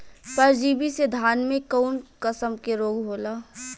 परजीवी से धान में कऊन कसम के रोग होला?